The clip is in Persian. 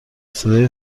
صدای